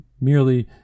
merely